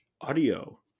audio